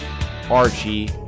Archie